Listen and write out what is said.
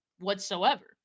whatsoever